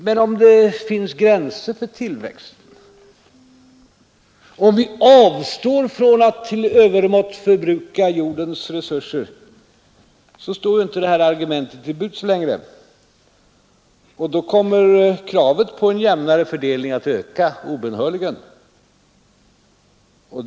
Men om det finns gränser för tillväxten och om vi avstår från att till övermått förbruka jordens resurser, så står ju inte det här argumentet till buds längre, och då kommer kraven på jämnare fördelning obönhörligen att öka.